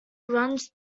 runs